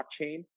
blockchain